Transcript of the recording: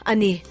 Ani